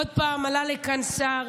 עוד פעם עלה לכאן שר,